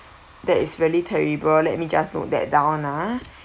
that is really terrible let me just note that down ah